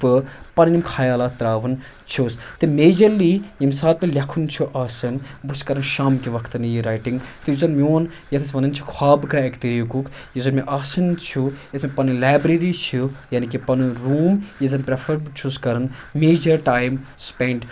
بہٕ پَنٕنۍ خیالات ترٛاوان چھُس تہٕ میجَرلی ییٚمہِ ساتہٕ بہٕ لٮ۪کھُن چھُ آسان بہٕ چھُس کَران شام کہ وقتَہٕ یہِ رایٹِنٛگ تہٕ یُس زَن میون یَتھ أسۍ وَنان چھِ خواب گاہ اَکہِ طٔریٖقُک یُس زَن مےٚ آسان چھُ یۄس مےٚ پَنٕنۍ لایبرٔری چھِ یعنی کہ پَنُن روٗم یُس زَن پرٛیٚفر بہٕ چھُس کَران میجَر ٹایم سِپنٛڈ